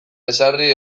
ezarri